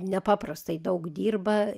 nepaprastai daug dirba